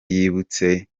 yibutse